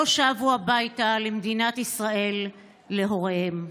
לא שבו הביתה למדינת ישראל, להוריהם.